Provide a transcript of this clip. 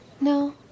No